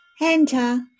Enter